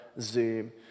Zoom